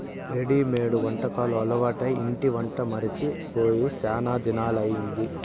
readymade వంటకాలు అలవాటై ఇంటి వంట మరచి పోయి శానా దినాలయ్యింది